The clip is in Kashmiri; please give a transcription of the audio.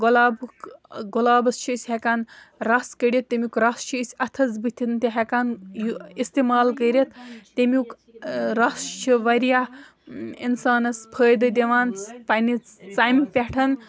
گۄلابُک گۄلابَس چھِ أسۍ ہٮ۪کان رَس کٔڑِتھ تمیُک رَس چھِ أسۍ اَتھس بٕتھِن تہِ ہٮ۪کان یہِ اِستعمال کٔرِتھ تمیُک رَس چھِ واریاہ اِنسانَس فٲیدٕ دِوان پنٛنہِ ژَمہِ پٮ۪ٹھ